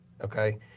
okay